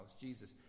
Jesus